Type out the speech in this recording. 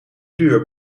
duur